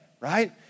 Right